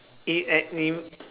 eh at new